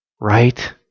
Right